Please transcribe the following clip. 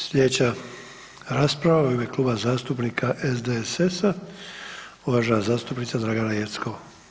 Slijedeća rasprava u ime Kluba zastupnika SDSS-a, uvažena zastupnica Dragana Jeckov.